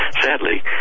Sadly